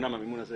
אמנם המימון הזה